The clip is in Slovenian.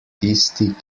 tisti